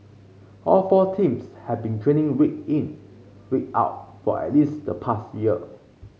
all four teams have been training week in week out for at least the past year